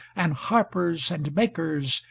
and harpers, and makers,